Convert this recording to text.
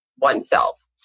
oneself